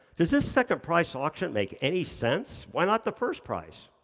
does this second price auction make any sense? why not the first price?